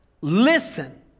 Listen